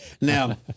Now